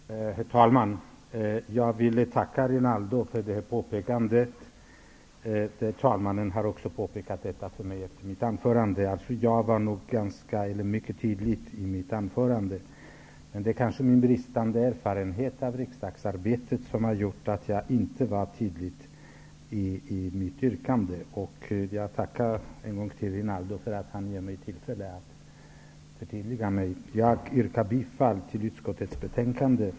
Herr talman! Jag vill tacka Rinaldo Karlsson för påpekandet. Talmannen har också påpekat detta för mig efter mitt anförande. Jag var nog mycket tydlig i mitt anförande, men det kanske var min bristande erfarenhet av riksdagsarbetet som medförde att jag inte var så tydlig i mitt yrkande. Jag tackar Rinaldo Karlsson en gång till för att han gav mig tillfälle att förtydliga mig. Jag yrkar bifall till utskottets hemställan.